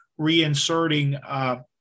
reinserting